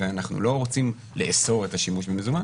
ואנחנו לא רוצים לאסור את השימוש במזומן,